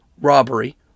robbery